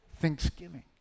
thanksgiving